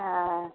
हँ